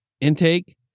intake